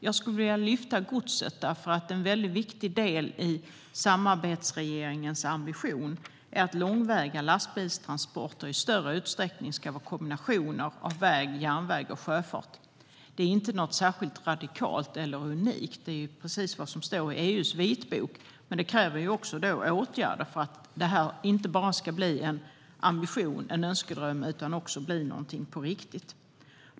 Jag skulle vilja lyfta fram godset, för en väldigt viktig del i samarbetsregeringens ambition är att långväga transporter, som i dag ofta sker med lastbil, i större utsträckning ska ske med hjälp av kombinationer av väg, järnväg och sjöfart. Det är inte något särskilt radikalt eller unikt. Det är precis vad som står i EU:s vitbok. Men det krävs åtgärder för att det här inte ska stanna vid en ambition och en önskedröm utan bli någonting på riktigt.